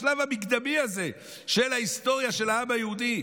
השלב המקדמי הזה של ההיסטוריה של העם היהודי,